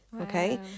okay